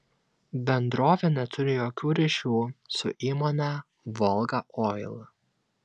bendrovė neturi jokių ryšių su įmone volga oil